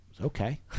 okay